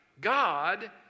God